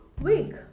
week